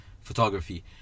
photography